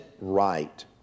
right